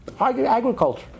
agriculture